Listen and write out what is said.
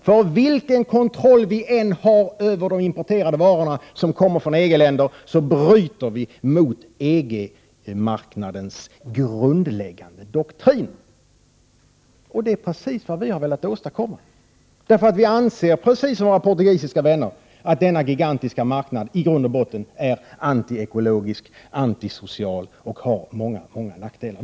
Men vilken kontroll vi än har över de importerade varorna som kommer från EG-länder bryter vi mot EG-marknadens grundläggande doktrin. Och det är precis vad vi har velat åstadkomma. Vi anser nämligen, precis som våra portugisiska vänner, att denna gigantiska marknad i grund och botten är antiekologisk, antisocial och har många nackdelar.